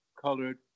colored